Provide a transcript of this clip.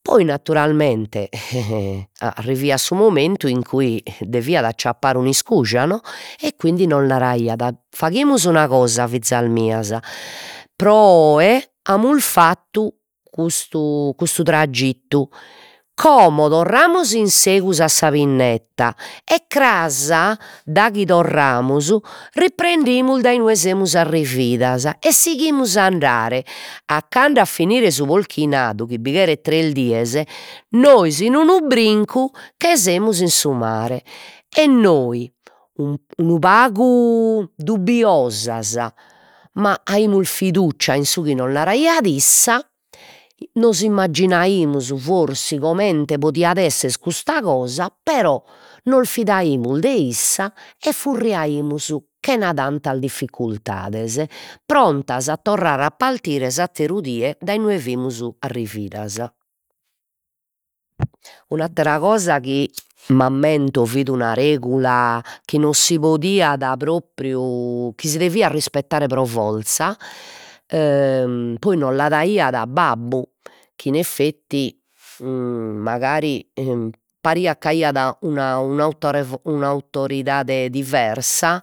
poi naturalmente e e arriviat su momentu in cui deviat acciappare un'iscuja no e quindi nos naraiat, faghimus una cosa fizas mias, pro oe amus fattu custu custu tragittu, como torramus insegus a sa pinnetta e cras daghi torramus reprendimus dai inue semus arrividas e sighimus a andare, a cando a finire su polchinadu chi bi cheret tres dies, nois in unu brincu che semus in su mare e nois unu pagu dubbiosas, ma aimus fiducia in su chi nos naraiat issa, nos immagginaimus forsi comente podiat esser custa cosa, però nos fidaimus de issa e furriaimus chena tantas difficultades, prontas a torrare a partire s'atteru die dai inue fimus arrividas. Un'attera cosa chi m'ammento fit una regula chi non si podiat propriu, chi si deviat rispettare pro forza e poi no la daiat babbu, chi in effetti mancari pariat c'aiat una un'autoridade diversa